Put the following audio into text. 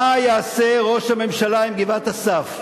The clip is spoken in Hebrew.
מה יעשה ראש הממשלה עם גבעת-אסף?